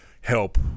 help